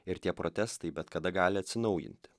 ir tie protestai bet kada gali atsinaujinti